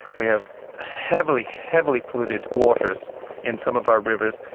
we have heavily, heavily polluted waters in some of our rivers,